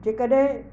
जे कॾहिं